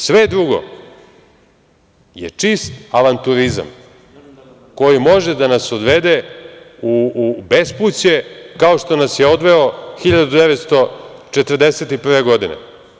Sve drugo je čist avanturizam koji može da nas odvede u bespuće kao što nas je odveo 1941. godine.